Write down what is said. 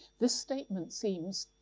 this statement seems,